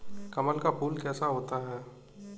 कमल का फूल कैसा होता है?